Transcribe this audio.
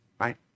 right